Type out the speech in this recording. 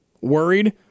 worried